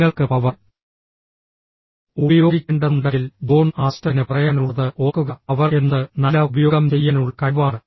നിങ്ങൾക്ക് പവർ ഉപയോഗിക്കേണ്ടതുണ്ടെങ്കിൽ ജോൺ ആസ്റ്റണിന് പറയാനുള്ളത് ഓർക്കുക പവർ എന്നത് നല്ല ഉപയോഗം ചെയ്യാനുള്ള കഴിവാണ്